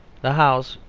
the house,